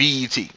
BET